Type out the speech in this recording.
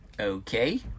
Okay